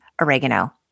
oregano